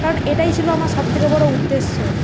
এটাই ছিল আমার সবথেকে বড় উদ্দেশ্য